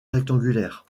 rectangulaire